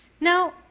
Now